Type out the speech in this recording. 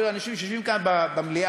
אפילו אנשים שיושבים כאן במליאה,